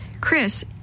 Chris